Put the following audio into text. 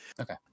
okay